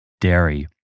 dairy